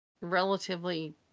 relatively